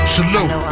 Salute